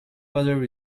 butter